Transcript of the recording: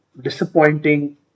disappointing